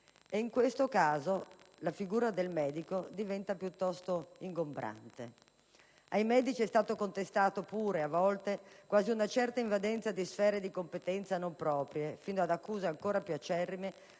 In questo caso la figura del medico diventa piuttosto "ingombrante". Ai medici è stato contestato a volte quasi una certa invadenza di sfere di competenza non proprie fino ad accuse ancora più acerrime,